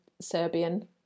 Serbian